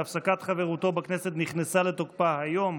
שהפסקת חברותו בכנסת נכנסה לתוקפה היום,